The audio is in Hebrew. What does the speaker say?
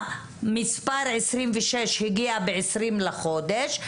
המספר 26 הגיע ב-20 בחודש.